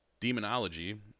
Demonology